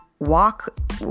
walk